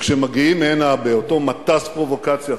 כשמגיעים הנה באותו מטס פרובוקציה,